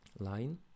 line